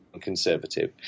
conservative